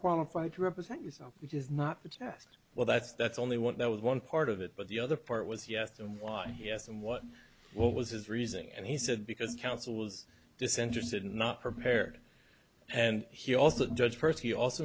qualified to represent yourself which is not the test well that's that's only one that was one part of it but the other part was yes why yes and what was his reason and he said because counsel's disinterested and not prepared and he also judge first he also